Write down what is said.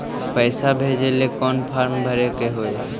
पैसा भेजे लेल कौन फार्म भरे के होई?